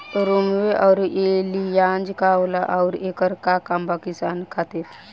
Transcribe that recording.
रोम्वे आउर एलियान्ज का होला आउरएकर का काम बा किसान खातिर?